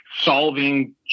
solving